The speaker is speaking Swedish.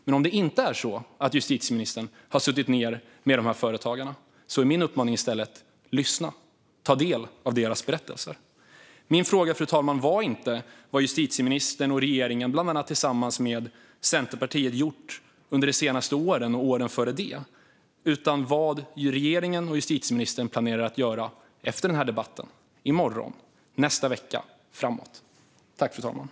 Men om justitieministern inte har suttit ned med dessa företagare är min uppmaning i stället: Lyssna! Ta del av deras berättelser! Fru talman! Min fråga var inte vad justitieministern och regeringen bland annat tillsammans med Centerpartiet har gjort under de senaste åren och åren före det utan vad regeringen och justitieministern planerar att göra efter denna debatt, i morgon, nästa vecka och framåt.